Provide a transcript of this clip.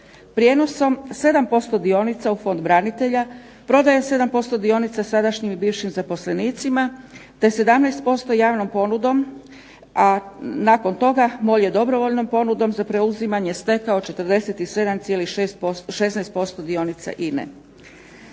Prijenosom 7% dionica u Fond branitelja, prodaje 7% dionica sadašnjim i bivšim zaposlenicima, te 17% javnom ponudom, a nakon toga MOL je dobrovoljnom ponudom za preuzimanje stekao 47,16% dionica INA-e.